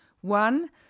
one